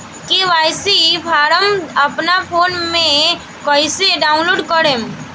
KYC form अपना phone मे कइसे डाऊनलोड करेम?